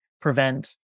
prevent